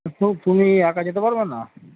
তো তুমি একা যেতে পারবে না